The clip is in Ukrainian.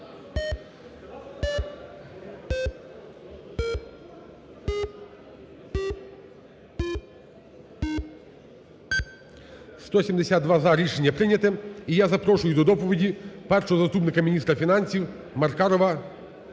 За-172 Рішення прийнято. І я запрошую до доповіді першого заступника міністра фінансів Маркарову